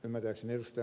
ymmärtääkseni ed